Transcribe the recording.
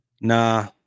Nah